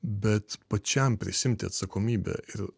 bet pačiam prisiimti atsakomybę ir